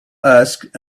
ask